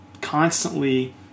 constantly